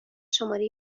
شماره